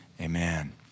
amen